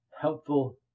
helpful